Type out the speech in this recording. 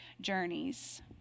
journeys